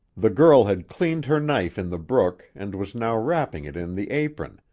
the girl had cleaned her knife in the brook and was now wrapping it in the apron,